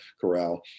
corral